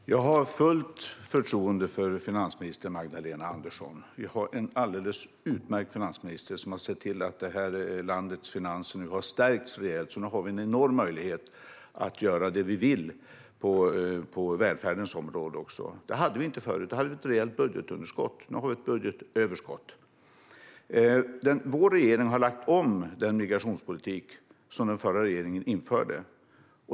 Fru talman! Jag har fullt förtroende för finansminister Magdalena Andersson. Vi har en alldeles utmärkt finansminister som har sett till att det här landets finanser nu har stärkts rejält, så nu har vi en enorm möjlighet att göra det vi vill på välfärdens område också. Det hade vi inte förut. Då hade vi ett rejält budgetunderskott. Nu har vi ett budgetöverskott. Vår regering har lagt om den migrationspolitik som den förra regeringen införde.